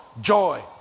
joy